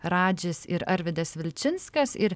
radžis ir arvydas vilčinskas ir